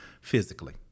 physically